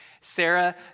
Sarah